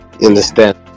understand